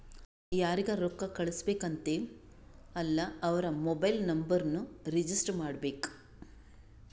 ಯಾರಿಗ ರೊಕ್ಕಾ ಕಳ್ಸುಬೇಕ್ ಅಂತಿವ್ ಅಲ್ಲಾ ಅವ್ರ ಮೊಬೈಲ್ ನುಂಬರ್ನು ರಿಜಿಸ್ಟರ್ ಮಾಡ್ಕೋಬೇಕ್